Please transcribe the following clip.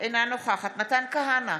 אינה נוכחת מתן כהנא,